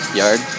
yard